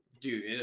dude